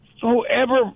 whoever